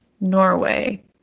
Norway